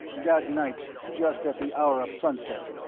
that night, just at the hour of sunset,